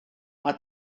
mae